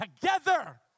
together